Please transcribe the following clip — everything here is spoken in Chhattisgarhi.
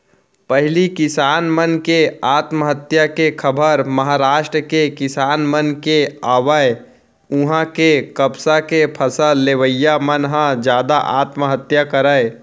पहिली किसान मन के आत्महत्या के खबर महारास्ट के किसान मन के आवय उहां के कपसा के फसल लेवइया मन ह जादा आत्महत्या करय